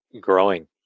growing